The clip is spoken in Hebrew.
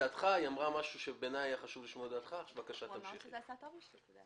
הוא אמר שזה עשה טוב לשוק.